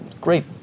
great